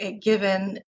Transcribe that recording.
given